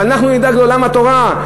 ואנחנו נדאג לעולם התורה.